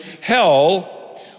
hell